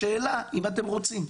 השאלה אם אתם רוצים.